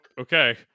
okay